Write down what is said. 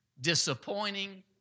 disappointing